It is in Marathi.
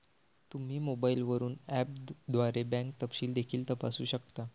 तुम्ही मोबाईलवरून ऍपद्वारे बँक तपशील देखील तपासू शकता